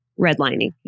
redlining